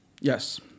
Yes